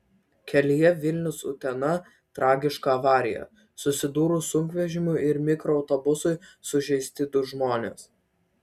kelyje vilnius utena tragiška avarija susidūrus sunkvežimiui ir mikroautobusui sužeisti du žmonės